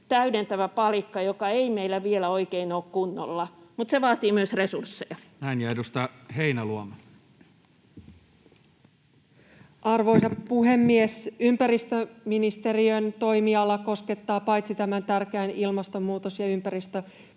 täydentävä palikka, joka ei meillä vielä oikein ole kunnossa. Mutta se vaatii myös resursseja. Näin. — Ja edustaja Heinäluoma. Arvoisa puhemies! Ympäristöministeriön toimiala koskettaa tämän tärkeän ilmastonmuutos‑ ja ympäristöpolitiikan